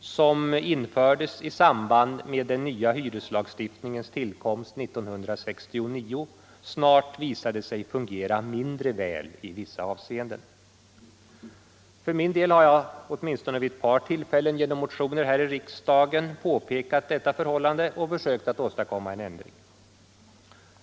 som infördes i samband med den nya hyreslagstiftningens tillkomst 1969 snart visat sig fungera mindre väl i vissa avseenden. För min del har jag åtminstone vid ett par tillfällen genom motioner här i riksdagen påpekat detta förhållande och försökt åstadkomma en ändring.